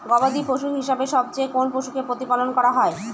গবাদী পশু হিসেবে সবচেয়ে কোন পশুকে প্রতিপালন করা হয়?